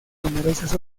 numerosas